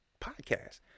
podcast